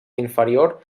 inferior